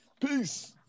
Peace